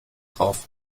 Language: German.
drauf